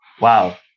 wow